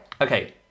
okay